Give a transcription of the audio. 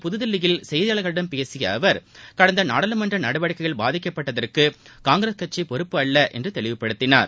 புதுதில்லியில் செய்தியாளர்களிடம் பேசிய அவர் கடந்த நாடாளுமன்ற இன்று நடவடிக்கைகள் பாதிக்கப்பட்டதற்கு காங்கிரஸ் கட்சி பொறுப்பு அல்ல என்று தெளிவுப்படுத்தினார்